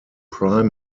prime